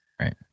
right